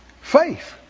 Faith